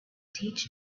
teach